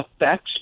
effects